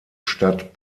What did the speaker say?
stadt